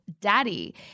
Daddy